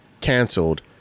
canceled